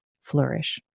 flourish